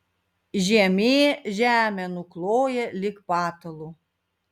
žiemė žemę nukloja lyg patalu